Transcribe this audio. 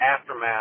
aftermath